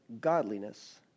godliness